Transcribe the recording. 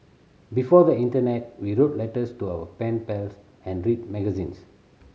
before the internet we wrote letters to our pen pals and read magazines